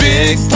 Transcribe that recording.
Big